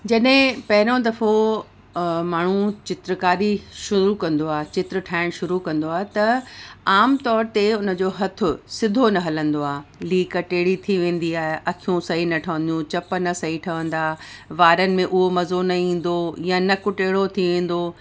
जॾहिं पहिरियों दफ़ो माण्हू चित्रकारी शुरू कंदो आहे चित्र ठाहिणु शुरू कंदो आहे त आम तौर ते उन जो हथ सिधो न हलंदो आहे लीक टेड़ी थी वेंदी आहे अखियूं सही न ठहंदियूं चप न सही ठहंदा वारनि में उहो मज़ो न ईंदो या नक टेड़ो थी वेंदो